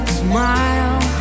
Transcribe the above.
smile